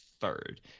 third